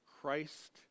Christ